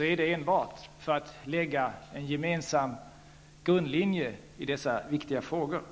är enbart att vi vill lägga fast en gemensam grundlinje i dessa viktiga frågor.